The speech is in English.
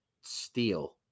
steel